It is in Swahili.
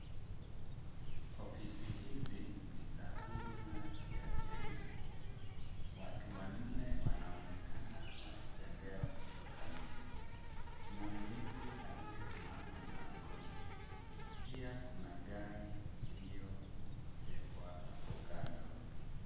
Ofisi hizi ni za huduma ya Kenya, watu wanne wanaonekana wakitembea wakitoka nje kuna mlinzi aliyesimama mlangoni, pia kuna gari iliyowekwa hapo kando.